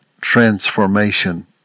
transformation